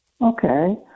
Okay